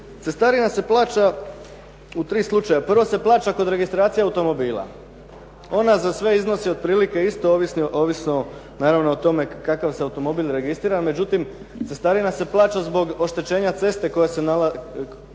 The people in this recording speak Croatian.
cestarina se plaća u tri slučaja. Prvo se plaća kod registracije automobila. Ona za sve iznosi otprilike isto, ovisno naravno o tome kakav se automobil registrira, međutim, cestarina se plaća zbog oštećenja ceste koja se događa